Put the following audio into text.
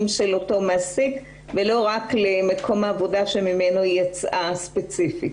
של אותו מעסיק ולא רק למקום העבודה ממנו היא יצאה ספציפית.